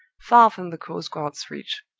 far from the coast-guard's reach.